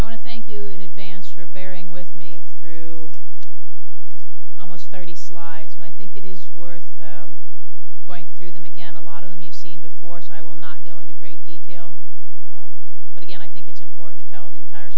bearing with me through almost thirty slides and i think it is worth going through them again a lot of them you've seen before so i will not go into great detail but again i think it's important to tell the entire